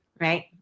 Right